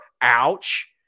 Ouch